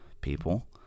people